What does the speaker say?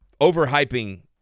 Overhyping